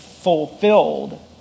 fulfilled